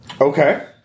Okay